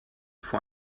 vor